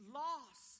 loss